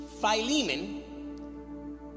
Philemon